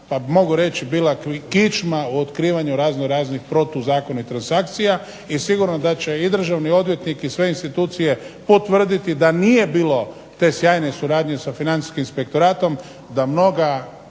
pa mogu reći bila kičma u otkrivanju razno raznih protuzakonitih transakcija i sigurno da će i državni odvjetnik i sve institucije potvrditi da nije bilo te sjajne suradnje sa Financijskim inspektoratom da mnoga